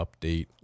update